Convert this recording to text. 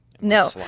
No